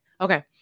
Okay